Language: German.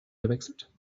gewechselt